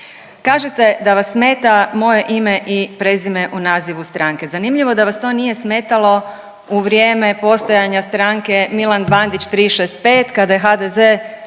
Kažete da vas smeta moje ime i prezime u nazivu stranke. Zanimljivo da vas to nije smetalo u vrijeme postojanja stranke Milan Bandić 365 kada je HDZ